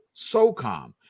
SOCOM